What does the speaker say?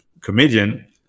comedian